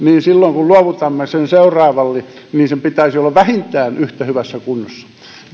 silloin kun luovutamme sen seuraavalle sen pitäisi olla vähintään yhtä hyvässä kunnossa